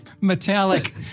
metallic